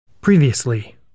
Previously